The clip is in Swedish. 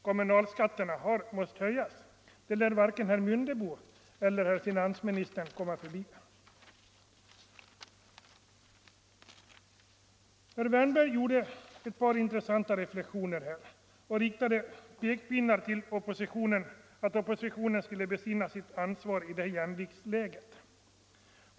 Kommunalskatterna har måst höjas; det lär varken herr Mundebo eller finansministern komma förbi. Herr Wärnberg gjorde ett par intressanta reflexioner och riktade pekpinnar mot oppositionen: den borde besinna sitt ansvar i det nuvarande jämviktsläget i riksdagen.